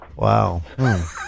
Wow